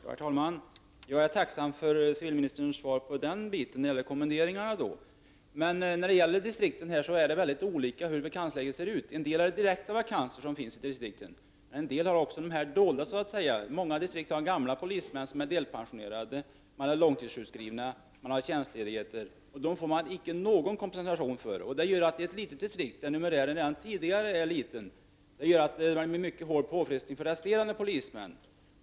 Herr talman! Jag är tacksam för civilministerns svar när det gäller kommenderingarna. Men vakansläget ser ut på olika sätt i distrikten. I en del distrikt finns det direkta vakanser, och i en del finns det även dolda vakanser. I många distrikt finns det nämligen äldre polismän som är delpensionerade, polismän som är långtidssjukskrivna och polismän som är tjänstlediga. Dessa får distrikten inte någon kompensation för. Detta leder till hårda påfrestningar för övriga polismän i de små distrikten där numerären redan tidigare är liten.